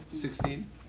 Sixteen